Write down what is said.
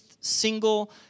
single